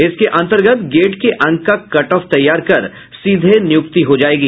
इसके अंतर्गत गेट के अंक का कट ऑफ तैयार कर सीधे नियुक्ति हो जायेगी